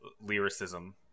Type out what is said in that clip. lyricism